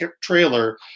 trailer